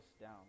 down